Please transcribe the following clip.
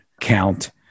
count